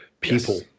people